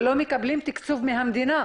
לא מקבלים תקצוב מהמדינה.